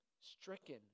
stricken